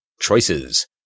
Choices